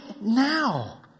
now